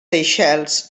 seychelles